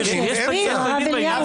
לא, שיסביר, הרב אליהו, מה היה שם.